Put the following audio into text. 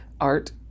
art